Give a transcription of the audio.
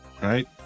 Right